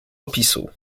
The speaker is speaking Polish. opisu